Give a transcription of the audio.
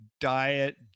diet